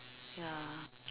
ya